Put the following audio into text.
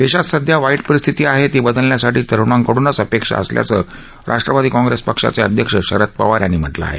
देशात सध्या वाईट परिस्थिती आहे ती बदलण्यासाठी तरुणांकडूनच अपेक्षा असल्याचं राष्ट्रवादी काँग्रेस पक्षाचे अध्यक्ष शरद पवार यांनी म्हटलं आहे